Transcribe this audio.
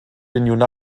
den